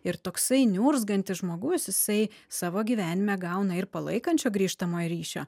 ir toksai niurzgantis žmogus jisai savo gyvenime gauna ir palaikančio grįžtamojo ryšio